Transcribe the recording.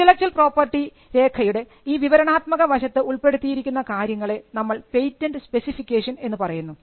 intellectual property രേഖയുടെ ഈ വിവരണാത്മക വശത്ത് ഉൾപ്പെടുത്തിയിരിക്കുന്ന കാര്യങ്ങളെ നമ്മൾ പേറ്റന്റ് സ്പെസിഫിക്കേഷൻ എന്നു പറയുന്നു